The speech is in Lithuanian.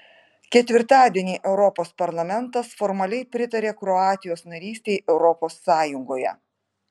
ketvirtadienį europos parlamentas formaliai pritarė kroatijos narystei europos sąjungoje